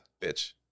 bitch